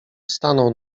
stanął